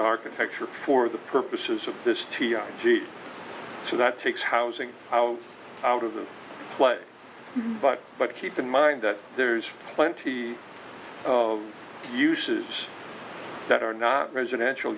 architecture for the purposes of this two year so that takes housing out of the place but but keep in mind that there's plenty of uses that are not residential